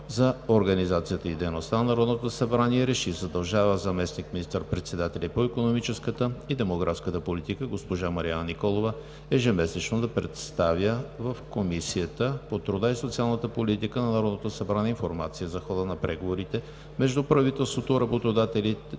за организацията и дейността на Народното събрание РЕШИ: Задължава заместник министър-председателя по икономическата и демографската политика госпожа Марияна Николова всяко тримесечие да представя в Комисията по труда, социалната и демографска политика на Народното събрание писмена информация за хода на преговорите между правителството, работодателите